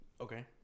Okay